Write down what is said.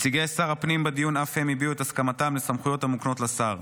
נציגי שר הפנים בדיון אף הם הביעו את הסכמתם לסמכויות המוקנות לשר.